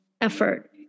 effort